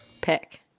pick